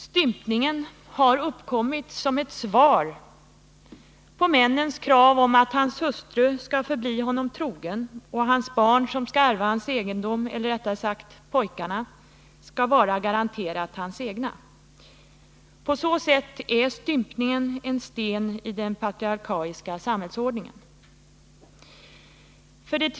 Stympningen har uppkommit som ett svar på männens krav på att hans hustru skall förbli honom trogen och att hans barn som skall ärva hans egendom -— eller rättare sagt pojkarna — garanterat skall vara hans egna. På så sätt är stympningen en sten i den patriarkaliska samhällsordningen.